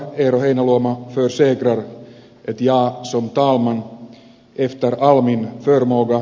eero heinäluoma nousseet raha ja sen tuoman yhtälö almin romo